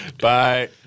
Bye